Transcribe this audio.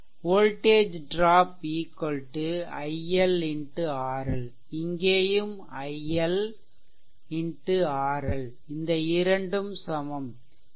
voltage drop iL x RL இங்கேயும் iLxRL இந்த இரண்டும் சமம்